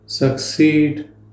succeed